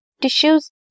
tissues